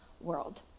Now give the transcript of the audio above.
world